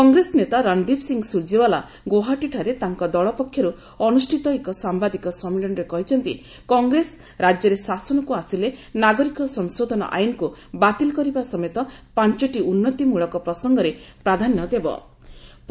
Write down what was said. କଂଗ୍ରେସ ନେତା ରଣଦୀପ ସି ସୂର୍ଯ୍ୟଓ୍ୱାଲା ଗୋହାଟୀଠାରେ ତାଙ୍କ ଦଳ ପକ୍ଷରୁ ଅନୁଷ୍ଠିତ ଏକ ସାମ୍ଭାଦିକ ସମ୍ମିଳନୀରେ କହିଛନ୍ତି କଂଗ୍ରେସ ରାଜ୍ୟରେ ଶାସନକୁ ଆସିଲେ ନାଗରିକ ସଂଶୋଧନ ଆଇନକୁ ବାତିଲ କରିବା ସମେତ ପାଞ୍ଚୋଟି ଉନ୍ନତିମୂଳକ ପ୍ରସଙ୍ଗରେ ପ୍ରତିଶ୍ରତି ଦେଇଛନ୍ତି